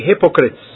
hypocrites